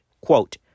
Quote